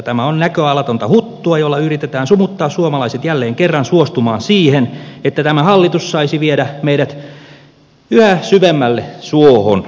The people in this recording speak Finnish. tämä on näköalatonta huttua jolla yritetään sumuttaa suomalaiset jälleen kerran suostumaan siihen että tämä hallitus saisi viedä meidät yhä syvemmälle suohon